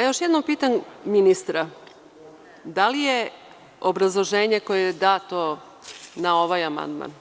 Još jednom pitam ministra - da li je obrazloženje koje je dato na ovaj amandman